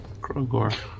Krogor